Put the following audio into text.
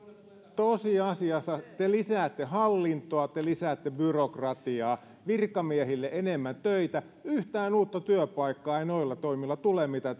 tosiasiassa te lisäätte hallintoa te lisäätte byrokratiaa virkamiehille enemmän töitä yhtään uutta työpaikkaa ei noilla toimilla tule mitä